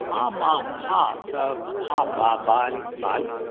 आम् आम् हा स हा ब बाल् बाल्